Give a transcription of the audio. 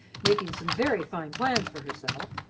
making some very fine plans for herself,